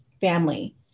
family